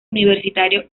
universitario